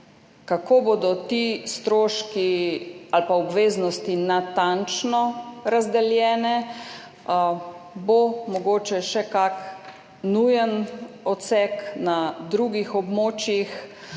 kako bodo ti stroški ali obveznosti natančno razdeljene, bo mogoče še kak nujen odsek na drugih območjih